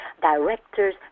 directors